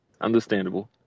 Understandable